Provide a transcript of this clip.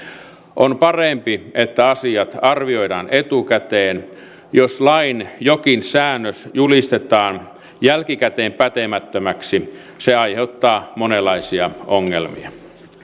on parempi että asiat arvioidaan etukäteen jos lain jokin säännös julistetaan jälkikäteen pätemättömäksi se aiheuttaa monenlaisia ongelmia